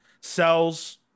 sells